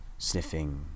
Sniffing